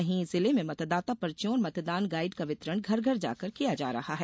वहीं जिले में मतदाता पर्चियों और मतदान गाईड का वितरण घर घर जाकर किया जा रहा है